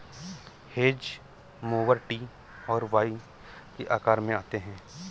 hedge mower T और Y के आकार में आते हैं